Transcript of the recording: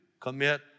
commit